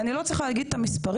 ואני לא צריכה להגיד את המספרים,